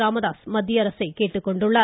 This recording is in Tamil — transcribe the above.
ராமதாஸ் மத்திய அரசை கேட்டுக்கொண்டுள்ளார்